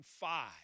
five